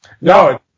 No